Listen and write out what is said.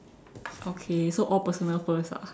okay so all personal first ah